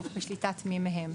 או גוף בשליטה של מי מהם.